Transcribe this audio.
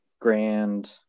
grand